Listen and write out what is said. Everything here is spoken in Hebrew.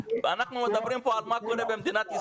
אנחנו מדברים פה על מה קורה במדינת ישראל.